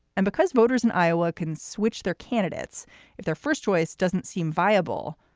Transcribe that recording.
and because voters in iowa can switch their candidates if their first choice doesn't seem viable,